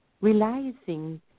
realizing